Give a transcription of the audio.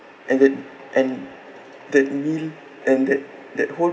and that and that meal and that that whole